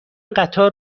قطار